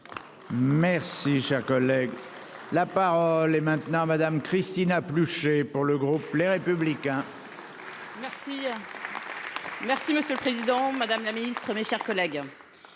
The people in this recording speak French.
Merci, cher collègue, la parole est maintenant Madame Cristina plus chez pour le groupe Les Républicains. Merci, monsieur le Président Madame la Ministre, mes chers collègues.